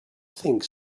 think